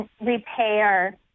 Repair